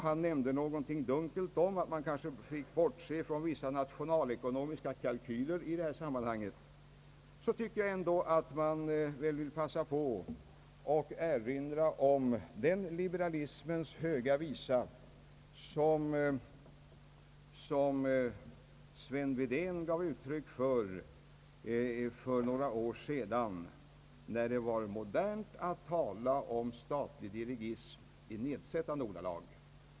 Han tillade litet dunkelt att man kanske fick bortse från vissa nationalekonomiska kalkyler i detta sammanhang. Jag vill då erinra om den liberalismens höga visa som Sven Wedén gav uttryck åt för några år sedan när det var modernt att tala om statlig dirigism i nedsättande ordalag.